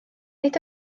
nid